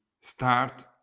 start